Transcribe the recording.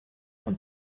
und